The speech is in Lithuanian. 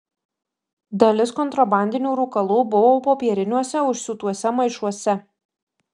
dalis kontrabandinių rūkalų buvo popieriniuose užsiūtuose maišuose